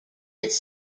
its